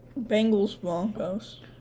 Bengals-Broncos